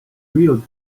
drilled